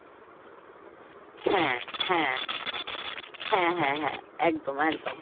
হ্যাঁ হ্যাঁ হ্যাঁ হ্যাঁ হ্যাঁ একদম একদম